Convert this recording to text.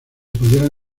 pudieran